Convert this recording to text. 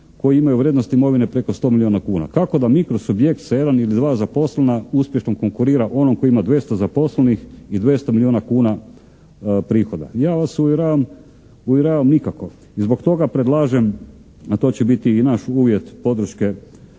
koji imaju vrijednost imovine preko 100 milijuna kuna. Kako da mikro subjekt sa jedan ili dva zaposlena uspješno konkurira onom koji ima 200 zaposlenih i 200 milijuna kuna prihoda? Ja vas uvjeravam nikako i zbog toga predlažem, a to će biti i naš uvjet podrške